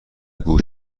گوش